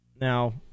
now